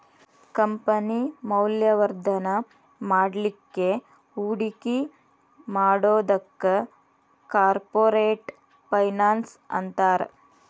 company ಮೌಲ್ಯವರ್ಧನ ಮಾಡ್ಲಿಕ್ಕೆ ಹೂಡಿಕಿ ಮಾಡೊದಕ್ಕ ಕಾರ್ಪೊರೆಟ್ ಫೈನಾನ್ಸ್ ಅಂತಾರ